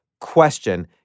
Question